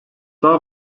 daha